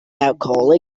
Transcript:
alcoholic